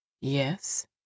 Yes